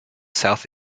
south